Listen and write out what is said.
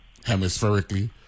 hemispherically